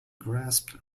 grasped